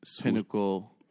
pinnacle